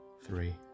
Three